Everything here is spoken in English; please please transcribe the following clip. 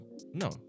No